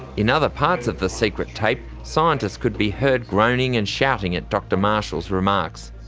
in other parts of the secret tape, scientists could be heard groaning and shouting at dr marshall's remarks.